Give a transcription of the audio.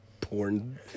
porn